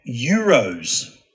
euros